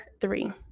three